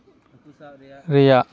ᱨᱮᱭᱟᱜ